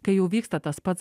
kai jau vyksta tas pats